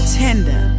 tender